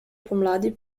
pomladi